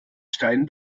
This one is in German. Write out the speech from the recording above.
stein